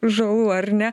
žalų ar ne